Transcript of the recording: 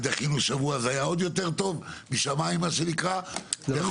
גם יכול